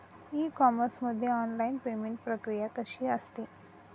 E commerce मध्ये online payment प्रक्रिया कशी असते?